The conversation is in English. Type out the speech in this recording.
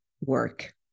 work